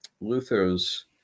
Luther's